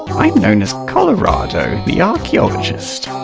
um known as kolorado, the archaeologist.